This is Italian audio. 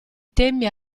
temi